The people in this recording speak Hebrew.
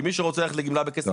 כי מי שרוצה ללכת לגמלה בכסף ילך,